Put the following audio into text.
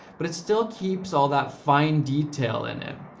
but it still keeps all that fine detail in it.